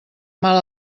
mal